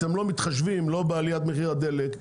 אתם לא מתחשבים לא בעליית מחיר הדלק,